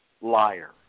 liar